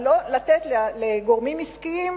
אבל לא לתת לגורמים עסקיים,